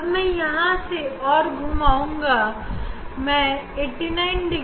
अब यहां से हम इसे और घुमाएंगे